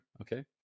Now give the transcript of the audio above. Okay